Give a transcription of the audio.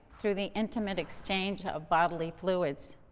through the intimate exchange of bodily fluids.